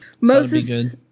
Moses